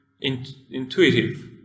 intuitive